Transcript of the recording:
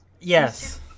Yes